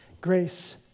Grace